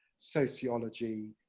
sociology,